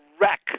wreck